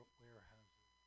warehouses